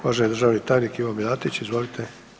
Uvaženi državni tajnik Ivo Milatić, izvolite.